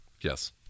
Yes